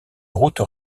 route